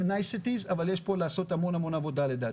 אבל יש פה לעשות המון עבודה לדעתי.